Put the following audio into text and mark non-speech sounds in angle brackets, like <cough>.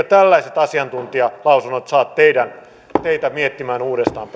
<unintelligible> tällaiset asiantuntijalausunnot saa teitä miettimään uudestaan <unintelligible>